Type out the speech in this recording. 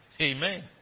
Amen